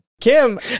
Kim